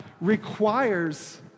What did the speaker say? requires